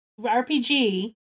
rpg